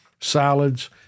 salads